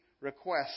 requests